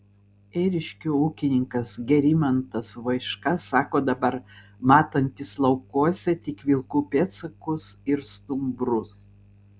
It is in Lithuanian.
ėriškių ūkininkas gerimantas voiška sako dabar matantis laukuose tik vilkų pėdsakus ir stumbrus